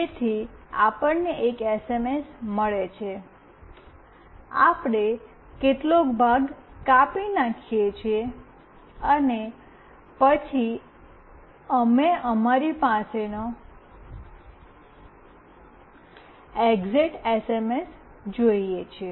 તેથી આપણને એક એસએમએસ મળે છે આપણે કેટલાક ભાગ કાપી નાખીએ છીએ અને પછી અમે અમારી પાસે નો એક્સએક્ટ એસએમએસ જોઈયે છે